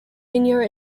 senior